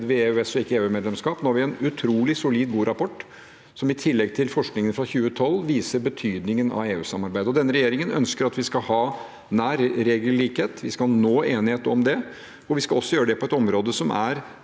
vi EØS- og ikke EUmedlemskap: Nå har vi en utrolig solid, god rapport, som i tillegg til forskningen fra 2012 viser betydningen av EU-samarbeidet, og denne regjeringen ønsker at vi skal ha nær regellikhet. Vi skal nå enighet om det, og vi skal også gjøre det på et område som er